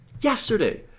yesterday